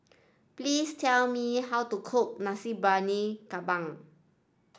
please tell me how to cook Nasi Briyani Kambing